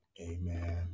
amen